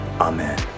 Amen